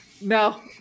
No